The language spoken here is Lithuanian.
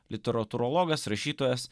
literatūrologas rašytojas